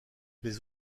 les